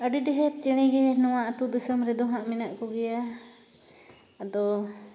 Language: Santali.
ᱟᱹᱰᱤ ᱰᱷᱮᱨ ᱪᱮᱬᱮᱜᱮ ᱱᱚᱣᱟ ᱟᱛᱳ ᱫᱤᱥᱚᱢ ᱨᱮᱫᱚ ᱦᱟᱸᱜ ᱢᱮᱱᱟᱜ ᱠᱚᱜᱮᱭᱟ ᱟᱫᱚ